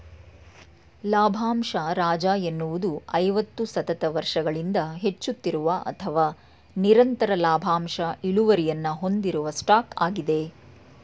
ಲಾಭಂಶ ರಾಜ ಎನ್ನುವುದು ಐವತ್ತು ಸತತ ವರ್ಷಗಳಿಂದ ಹೆಚ್ಚುತ್ತಿರುವ ಅಥವಾ ನಿರಂತರ ಲಾಭಾಂಶ ಇಳುವರಿಯನ್ನ ಹೊಂದಿರುವ ಸ್ಟಾಕ್ ಆಗಿದೆ